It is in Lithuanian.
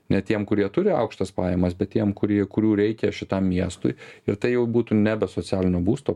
ne tiem kurie turi aukštas pajamas bet tiem kurie kurių reikia šitam miestui ir tai jau būtų nebe socialinio būsto